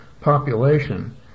population